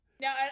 now